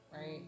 right